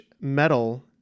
metal